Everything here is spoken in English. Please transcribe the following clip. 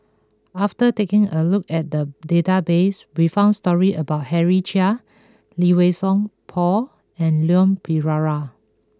after taking a look at the database we found stories about Henry Chia Lee Wei Song Paul and Leon Perera